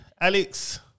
Alex